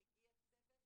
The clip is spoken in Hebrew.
מגיע צוות